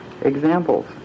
examples